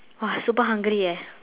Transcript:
!wah! super hungry eh